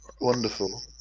Wonderful